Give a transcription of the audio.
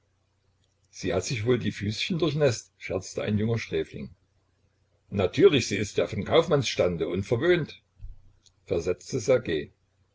sie hat sich wohl die füßchen durchnäßt scherzte ein junger sträfling natürlich sie ist ja vom kaufmannsstande und verwöhnt versetzte